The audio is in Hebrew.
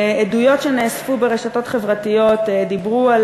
עדויות שנאספו ברשתות חברתיות דיברו על